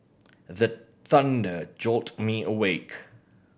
the thunder jolt me awake